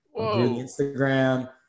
Instagram